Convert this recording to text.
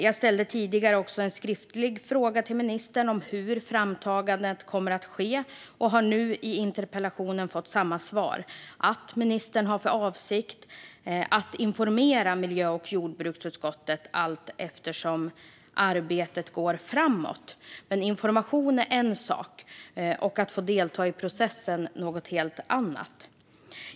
Jag ställde tidigare en skriftlig fråga till ministern om hur framtagandet kommer att ske och har i denna interpellationsdebatt fått samma svar, nämligen att ministern har för avsikt att informera miljö och jordbruksutskottet allteftersom arbetet går framåt. Men information är en sak - att få delta i processen är något helt annat.